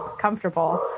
comfortable